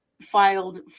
filed